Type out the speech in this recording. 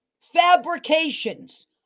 fabrications